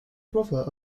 brother